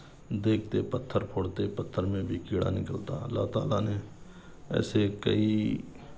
دیکھتے پتھر پھوڑتے پتھر میں بھی کیڑا نکلتا اللہ تعالی نے ایسے کئی